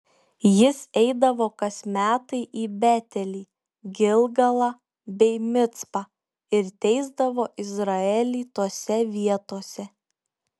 jis eidavo kas metai į betelį gilgalą bei micpą ir teisdavo izraelį tose vietose